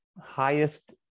highest